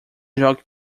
jogue